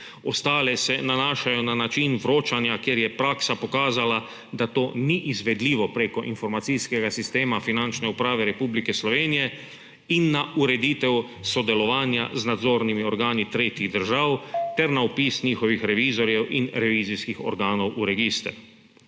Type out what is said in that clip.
Ostale se nanašajo na način vročanja, ker je praksa pokazala, da to ni izvedljivo preko informacijskega sistema Finančne uprave Republike Slovenije, in na ureditev sodelovanja z nadzornimi organi tretjih držav ter na vpis njihovih revizorjev in revizijskih organov v register.